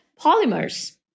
polymers